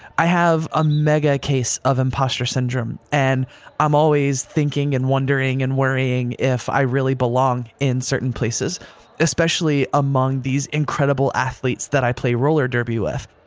i have a mega case of imposter syndrome and i'm always thinking and wondering and worrying if i really belong in certain places especially among these incredible athletes that i play roller derby with.